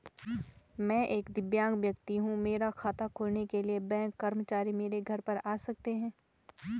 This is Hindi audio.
मैं एक दिव्यांग व्यक्ति हूँ मेरा खाता खोलने के लिए बैंक कर्मचारी मेरे घर पर आ सकते हैं?